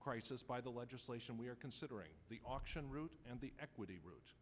crisis by the legislation we are considering the auction route and the equity ro